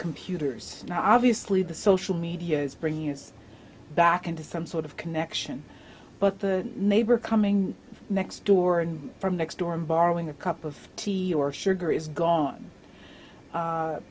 computers now obviously the social media is bringing us back into some sort of connection but the neighbor coming next door and from next door i'm borrowing a cup of tea or sugar is gone